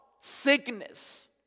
sickness